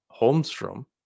Holmstrom